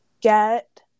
get